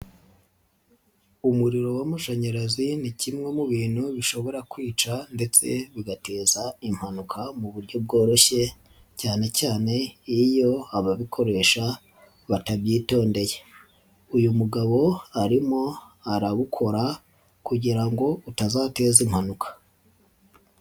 Umuriro w'amashanyarazi ni kimwe mu bintu bishobora kwica ndetse bigateza impanuka mu buryo bworoshye cyane cyane iyo ababikoresha batabyitondeye. Uyu mugabo arimo arabukora kugira ngo utazateza impanuka.